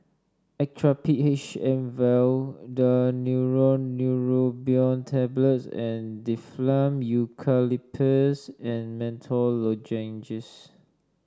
Actrapid H M vial Daneuron Neurobion Tablets and Difflam Eucalyptus and Menthol Lozenges